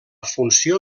funció